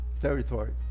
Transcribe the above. territory